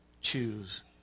choose